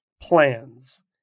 plans